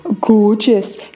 Gorgeous